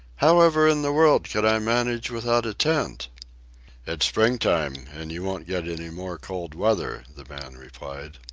however in the world could i manage without a tent? it's springtime, and you won't get any more cold weather, the man replied.